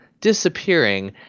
disappearing